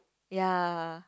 ya